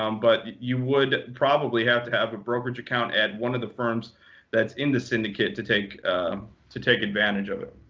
um but you would probably have to have brokerage account at one of the firms that's in the syndicate to take to take advantage of it.